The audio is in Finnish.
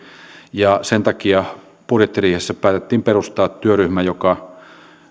ja sen takia budjettiriihessä päätettiin perustaa työryhmä joka